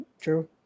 True